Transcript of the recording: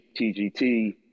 TGT